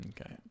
Okay